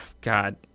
God